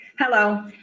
hello